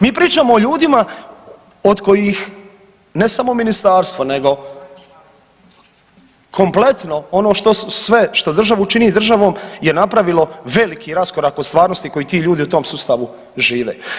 Mi pričamo o ljudima od kojih ne samo ministarstvo nego kompletno ono što sve, što državu čini državom je napravilo veliki raskorak od stvarnosti koji ti ljudi u tom sustavu žive.